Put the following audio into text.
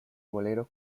bolero